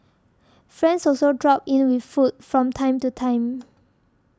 friends also drop in with food from time to time